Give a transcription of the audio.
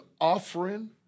offering